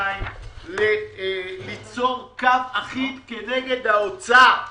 מותנים וליצור קו אחיד כנגד האוצר.